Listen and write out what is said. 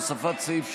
הוספת סעיף שוויון),